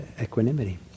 equanimity